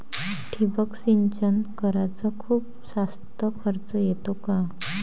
ठिबक सिंचन कराच खूप जास्त खर्च येतो का?